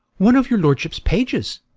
one of your lordship's pages.